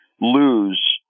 lose